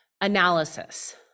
analysis